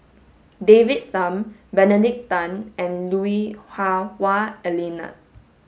David Tham Benedict Tan and Lui Hah Wah Elena